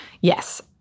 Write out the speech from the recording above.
Yes